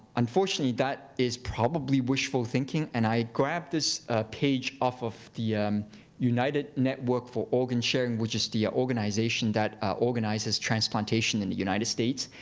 unfortunately, that is probably wishful thinking. and i grabbed this page off of the united network for organ sharing, which is the ah organization that organizes transplantation in the united states.